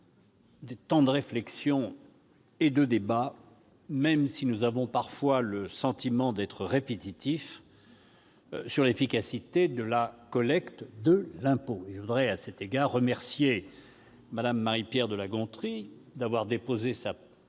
des temps de réflexion et de débats, même si nous avons parfois le sentiment d'être répétitifs, à l'efficacité de la collecte de l'impôt. À cet égard, je veux remercier Mme Marie-Pierre de la Gontrie d'avoir déposé cette